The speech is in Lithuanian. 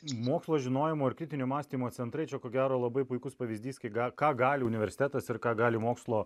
mokslo žinojimo ir kritinio mąstymo centrai čia ko gero labai puikus pavyzdys kai ką gali universitetas ir ką gali mokslo